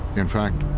in fact,